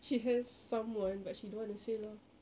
she has someone but she don't want to say lah